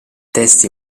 testi